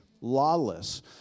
Lawless